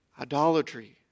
Idolatry